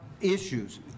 issues